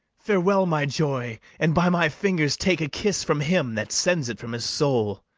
farewell, my joy, and by my fingers take a kiss from him that sends it from his soul.